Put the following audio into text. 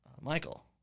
Michael